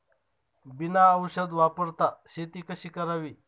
बिना औषध वापरता शेती कशी करावी?